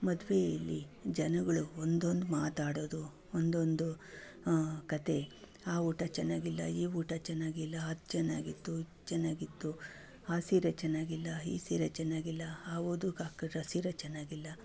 ಮದುವೆಯಲ್ಲಿ ಜನಗಳು ಒಂದೊಂದು ಮಾತಾಡೋದು ಒಂದೊಂದು ಕತೆ ಆ ಊಟ ಚೆನ್ನಾಗಿಲ್ಲ ಈ ಊಟ ಚೆನ್ನಾಗಿಲ್ಲ ಅದು ಚೆನ್ನಾಗಿತ್ತು ಇದು ಚೆನ್ನಾಗಿತ್ತು ಆ ಸೀರೆ ಚೆನ್ನಾಗಿಲ್ಲ ಈ ಸೀರೆ ಚೆನ್ನಾಗಿಲ್ಲ ಆ ವಧುಗಾಕಿರೋ ಸೀರೆ ಚೆನ್ನಾಗಿಲ್ಲ